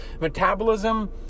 metabolism